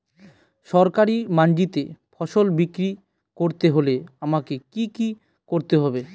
সরকারি মান্ডিতে ফসল বিক্রি করতে হলে আমাকে কি কি করতে হবে?